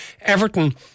Everton